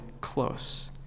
close